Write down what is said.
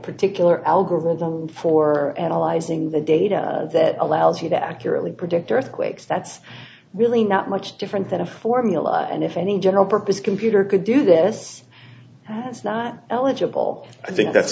particular algorithm for analyzing the data that allows you to accurately predict earthquakes that's really not much different than a formula and if any general purpose computer could do this it's not eligible i think that's